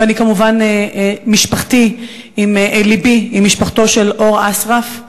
ואני, כמובן, לבי עם משפחתו של אור אסרף.